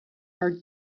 are